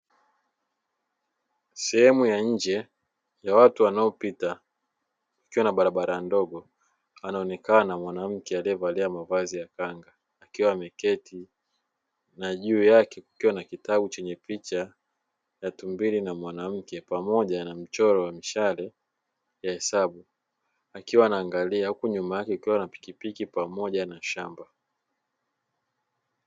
Sehemu ya nje ya watu wanaopita, ikiwa na barabara ndogo, anaonekana mwanamke aliyevalia mavazi ya kanga ikiwa amaketi na juu yake kukiwa na kitabu chenye picha ya tumbili na mwanamke pamoja na mchoro wa mishale ya hesabu. Akiwa anaangalia huku nyuma yake ikiwa na pikipiki pamoja na shamba.